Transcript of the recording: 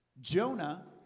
Jonah